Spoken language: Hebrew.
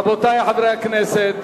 רבותי חברי הכנסת.